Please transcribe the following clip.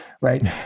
right